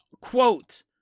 quote